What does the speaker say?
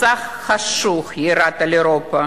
מסך חשוך ירד על אירופה,